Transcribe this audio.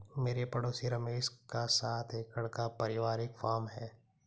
मेरे पड़ोसी रमेश का सात एकड़ का परिवारिक फॉर्म है